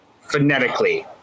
phonetically